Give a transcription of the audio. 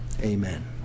Amen